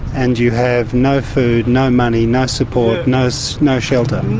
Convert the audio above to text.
and you have no food, no money, no support, no so no shelter.